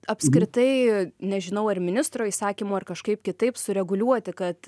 apskritai nežinau ar ministro įsakymu ar kažkaip kitaip sureguliuoti kad